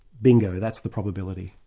bingo, that's the probability,